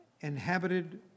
Inhabited